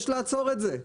יש לעצור את זה.